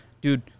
dude